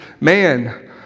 man